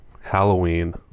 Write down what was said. Halloween